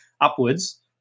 upwards